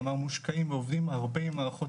כלומר מושקעים ועובדים הרבה עם מערכות